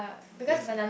definite